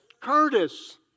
Curtis